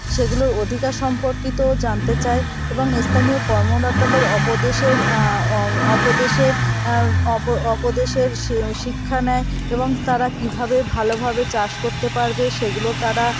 সেগুলোর অধিকার সম্পর্কিতও জানতে চায় এবং স্থানীয় কর্মকর্তাদের উপদেশের উপদেশের উপদেশের শিক্ষা নেয় এবং তারা কীভাবে ভালোভাবে চাষ করতে পারবে সেগুলো তারা